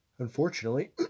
Unfortunately